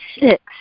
Six